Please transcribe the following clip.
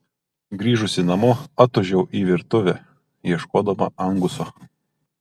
grįžusi namo atūžiau į virtuvę ieškodama anguso